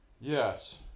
Yes